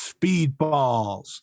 Speedballs